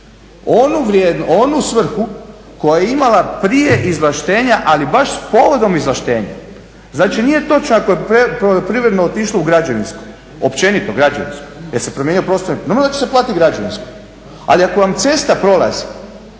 onu svrhu koja je imala prije izvlaštenja ali baš s povodom izvlaštenja. Znači nije točno ako je poljoprivredno otišlo u građevinsku, općenito u građevinsku jer se promijenio prostor, normalno da će se platiti građevinska, ali ako vam cesta prolazi